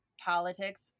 politics